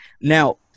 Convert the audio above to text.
Now